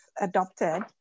adopted